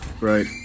Right